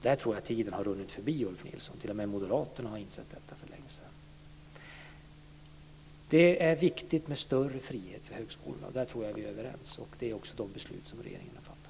Där tror jag tiden har runnit förbi Ulf Nilsson. T.o.m. moderaterna har insett detta för länge sedan. Det är viktigt med större frihet för högskolorna, och där tror jag att vi är överens. Det är också de beslut som regeringen har fattat.